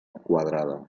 quadrada